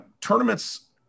Tournaments